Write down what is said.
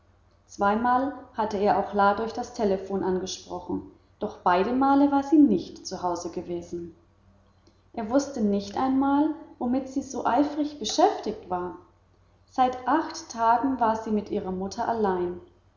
zweimal hatte er auch la durch das telephon angesprochen doch beide male war sie nicht zu hause gewesen er wußte nicht einmal womit sie so eifrig beschäftigt war seit acht tagen war sie mit ihrer mutter allein